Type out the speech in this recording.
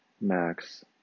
Max